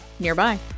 nearby